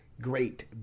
great